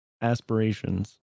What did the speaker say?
Aspirations